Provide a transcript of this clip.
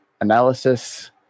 analysis